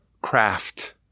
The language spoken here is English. craft